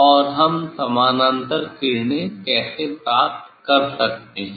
और हम समानांतर किरणें कैसे प्राप्त कर सकते हैं